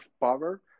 power